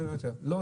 לא.